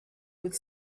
with